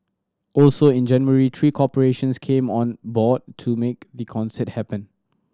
also in January three corporations came on board to make the concert happen